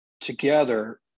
together